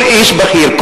כל איש בכיר,